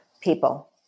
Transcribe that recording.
people